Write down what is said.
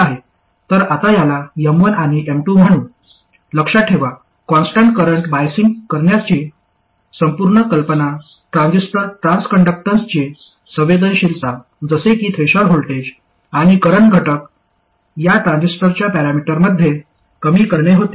तर आता याला M1 आणि M2 म्हणू लक्षात ठेवा कॉन्स्टन्ट करंट बायसिंग वापरण्याची संपूर्ण कल्पना ट्रान्झिस्टर ट्रान्सकंडक्टन्सची संवेदनशीलता जसे की थ्रेशोल्ड व्होल्टेज आणि करंट घटक या ट्रान्झिस्टरच्या पॅरामीटर्समध्ये कमी करणे होते